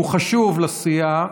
שהוא חשוב לסיעה,